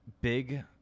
big